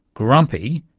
grumpy,